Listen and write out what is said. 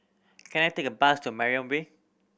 can I take a bus to Mariam Way